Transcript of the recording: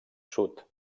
sud